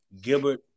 Gilbert